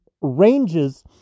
ranges